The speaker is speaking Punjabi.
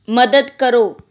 ਮਦਦ ਕਰੋ